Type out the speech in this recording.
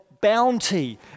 bounty